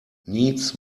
needs